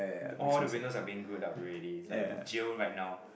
all the windows are being good up already like jail right now